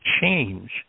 change